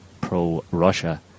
pro-Russia